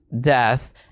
death